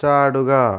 ചാടുക